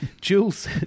Jules